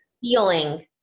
feeling